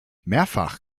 mehrfach